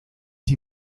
die